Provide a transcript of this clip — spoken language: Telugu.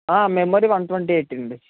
ఆ మెమొరీ వన్ ట్వంటీ ఎయిట్ అండి